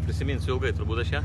prisiminsiu ilgai turbūt aš ją